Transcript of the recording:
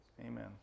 Amen